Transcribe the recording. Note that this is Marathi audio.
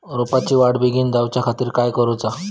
रोपाची वाढ बिगीन जाऊच्या खातीर काय करुचा?